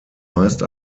meist